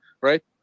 Right